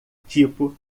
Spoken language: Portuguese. tipo